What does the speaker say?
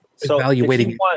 evaluating